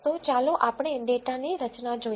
તો ચાલો આપણે ડેટાની રચના જોઈએ